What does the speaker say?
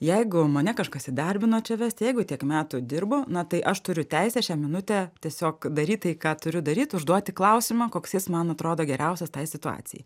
jeigu mane kažkas įdarbino čia vest jeigu tiek metų dirbu na tai aš turiu teisę šią minutę tiesiog daryt tai ką turiu daryt užduoti klausimą koks jis man atrodo geriausias tai situacijai